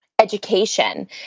education